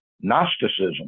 Gnosticism